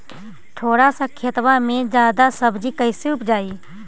थोड़ा सा खेतबा में जादा सब्ज़ी कैसे उपजाई?